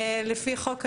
לפי חוק הנוער,